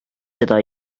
seda